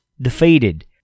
defeated